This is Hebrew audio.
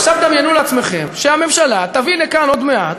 עכשיו דמיינו לעצמכם שהממשלה תביא לכאן עוד מעט